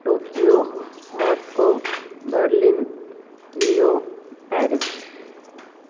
Tokyo Moscow Berlin rio Paris